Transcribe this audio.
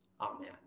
amen